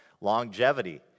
longevity